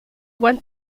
went